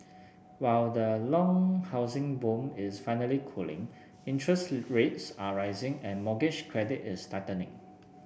while the long housing boom is finally cooling interest rates are rising and mortgage credit is tightening